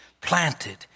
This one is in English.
planted